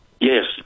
Yes